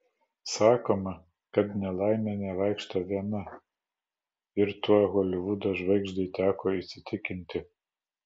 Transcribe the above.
sakoma kad nelaimė nevaikšto viena ir tuo holivudo žvaigždei teko įsitikinti